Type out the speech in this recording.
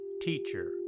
Teacher